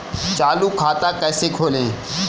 चालू खाता कैसे खोलें?